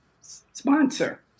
sponsor